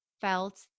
felt